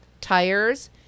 tires